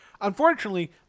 Unfortunately